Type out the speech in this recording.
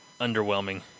underwhelming